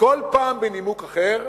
כל פעם בנימוק אחר,